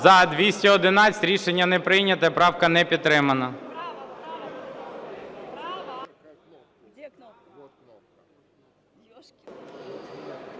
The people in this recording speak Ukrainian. За-211 Рішення не прийнято. Правка не підтримана.